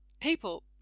People